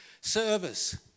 service